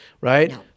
right